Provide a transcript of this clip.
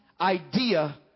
idea